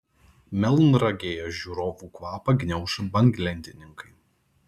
melnragėje žiūrovų kvapą gniauš banglentininkai